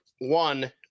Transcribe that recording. one